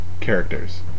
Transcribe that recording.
characters